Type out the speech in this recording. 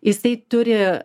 jisai turi